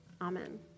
Amen